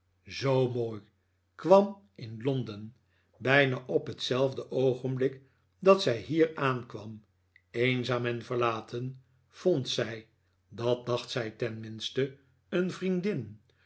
zoo mooj kwam in londen bijna op hetzelfde oogenblik dat zij hier aankwam eenzaam en verlaten vond zij dat dacht zij tenminste een vriendin